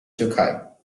türkei